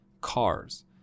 Cars